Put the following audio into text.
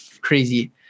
crazy